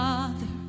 Father